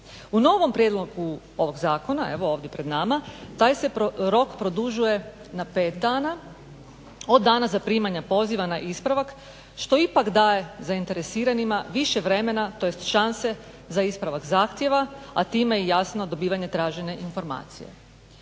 U novom prijedlogu ovog zakona, evo ovdje pred nama, taj se rok produžuje na 5 dana od dana zaprimanja poziva na ispravak, što ipak daje zainteresiranima više vremena, tj. šanse za ispravak zahtjeva a time i jasno dobivanje tražene informacije.